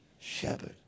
shepherd